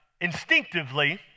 instinctively